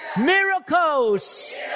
Miracles